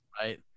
Right